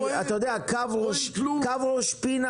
קו ראש פינה,